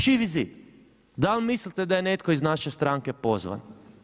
Živi zid, dal mislite da je netko iz naše stranke pozvan?